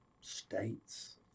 states